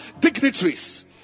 dignitaries